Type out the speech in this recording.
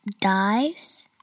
dies